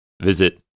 visit